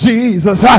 Jesus